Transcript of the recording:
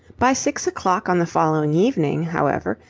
by six o'clock on the following evening, however,